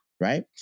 Right